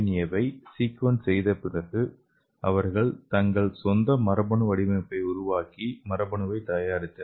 ஏவை சீக்வென்ஸ் செய்தபிறகு அவர்கள் தங்கள் சொந்த மரபணு வடிவமைப்பை உருவாக்கி மரபணுவை தயாரித்தனர்